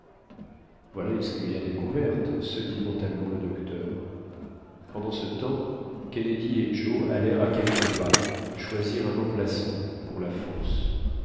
voilà une singulière découverte se dit mentalement le docteur pendant ce temps kennedy et joe allèrent à quelques pas choisir un emplacement pour la fosse